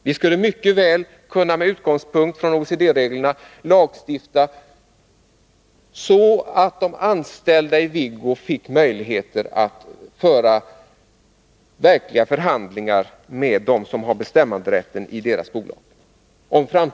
Vi skulle mycket väl kunna lagstifta så att de anställda i Viggo fick möjligheter att föra verkliga förhandlingar om framtida investeringar med dem som har bestämmanderätten i deras bolag.